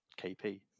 KP